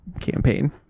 campaign